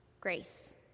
grace